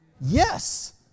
Yes